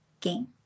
game